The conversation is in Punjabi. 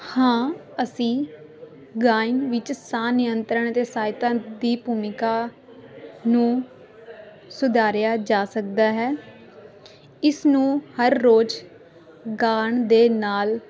ਹਾਂ ਅਸੀਂ ਗਾਇਨ ਵਿੱਚ ਸਾਹ ਨਿਯੰਤਰਣ ਦੇ ਸਹਾਇਤਾ ਦੀ ਭੂਮਿਕਾ ਨੂੰ ਸੁਧਾਰਿਆ ਜਾ ਸਕਦਾ ਹੈ ਇਸ ਨੂੰ ਹਰ ਰੋਜ਼ ਗਾਉਣ ਦੇ ਨਾਲ